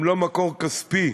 הם לא מקור כספי.